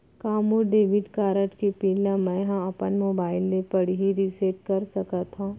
का मोर debit card के पिन ल मैं ह अपन मोबाइल से पड़ही रिसेट कर सकत हो?